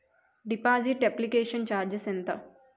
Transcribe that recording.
Deposit application charges ఎంత?